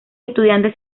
estudiantes